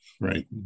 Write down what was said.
Right